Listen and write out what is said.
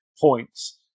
points